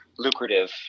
Lucrative